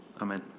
amen